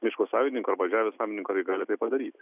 miško savininko arba žemės savininko ar jie gali tai padaryti